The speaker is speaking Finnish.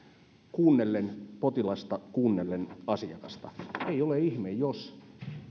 kuunnellen potilasta kuunnellen asiakasta ei ole ihme jos